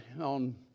on